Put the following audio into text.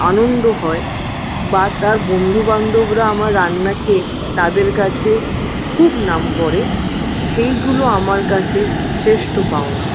আনন্দ হয় বা তার বন্ধুবান্ধবরা আমার রান্না খেয়ে তাদের কাছে খুব নাম করে সেইগুলো আমার কাছে শ্রেষ্ঠ পাওনা